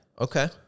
Okay